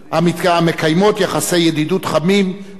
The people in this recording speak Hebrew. המקיימות יחסי ידידות חמים המוצאים את